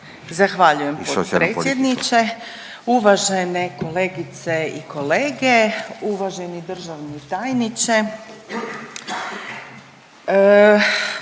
Zahvaljujem potpredsjedniče. Uvažene kolegice i kolege, uvaženi državni tajniče,